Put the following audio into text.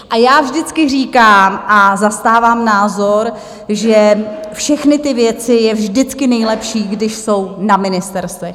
A já vždycky říkám a zastávám názor, že všechny ty věci je vždycky nejlepší, když jsou na ministerstvech.